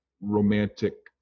romantic